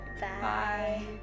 Bye